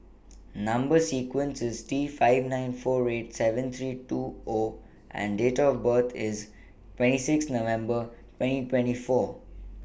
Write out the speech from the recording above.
Number sequence IS T five nine four eight seven three two O and Date of birth IS twenty six November twenty twenty four